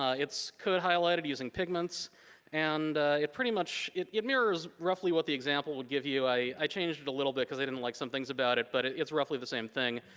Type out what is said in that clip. ah it's code-highlighted, using pigments and it pretty much, it it mirrors roughly what the example would give you. i i changed it a little bit cause i didn't like some things about it, but it's roughly the same thing.